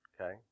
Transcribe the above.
Okay